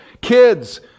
Kids